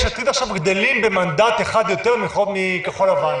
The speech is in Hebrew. יש עתיד גדלים במנדט אחד יותר מכחול לבן.